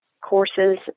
courses